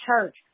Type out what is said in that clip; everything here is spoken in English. church